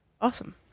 Awesome